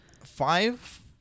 Five